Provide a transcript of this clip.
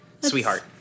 Sweetheart